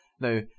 Now